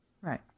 Right